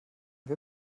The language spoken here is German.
wir